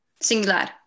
singular